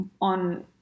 on